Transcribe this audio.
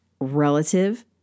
relative